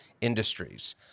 industries